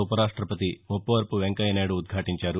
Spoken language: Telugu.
ఉపరాష్టపతి ముప్పవరపు వెంకయ్య నాయుడు ఉద్భాటించారు